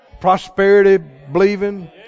prosperity-believing